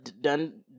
done